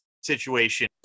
situation